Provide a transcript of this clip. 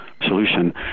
solution